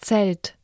Zelt